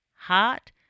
heart